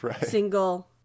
single